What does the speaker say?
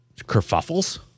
kerfuffles